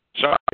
sorry